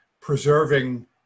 preserving